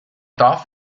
darf